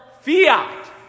fiat